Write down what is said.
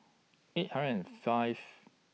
eight hundred and five